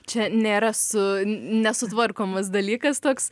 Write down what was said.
čia nėra su nesutvarkomos dalykas toks